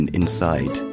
inside